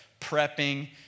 prepping